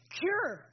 cure